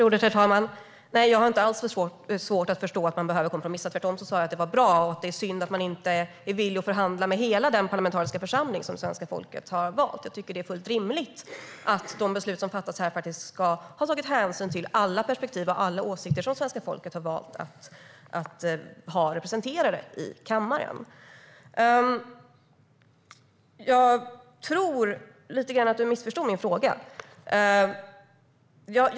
Herr talman! Nej, jag har inte alls svårt att förstå att man behöver kompromissa. Tvärtom sa jag att jag att det var bra och att det är synd att man inte är villig att förhandla med hela den parlamentariska församling som svenska folket har valt. Jag tycker att det är fullt rimligt att de beslut som fattas här faktiskt ska ha tagit hänsyn till alla perspektiv och alla åsikter som svenska folket har valt att ha representerade i kammaren. Jag tror att du missförstod min fråga, Hanif Bali.